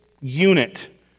unit